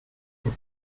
por